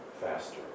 faster